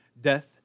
death